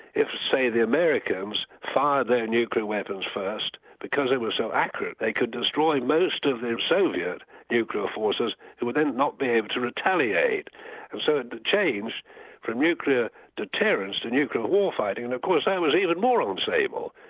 if, say the americans fired their nuclear weapons first, because they were so accurate, they could destroy most of the soviet nuclear forces who would then not be able to retaliate, and so it changed from nuclear deterrence to nuclear war fighting, and of course that was even more um unstable,